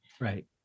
right